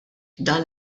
dan